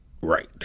right